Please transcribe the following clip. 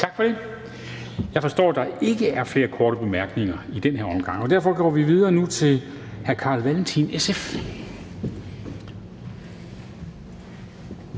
Tak for det. Jeg forstår, at der ikke er flere korte bemærkninger i den her omgang. Derfor går vi nu videre til hr. Carl Valentin, SF.